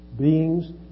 beings